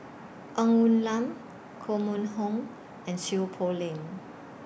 Ng Woon Lam Koh Mun Hong and Seow Poh Leng